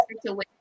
situation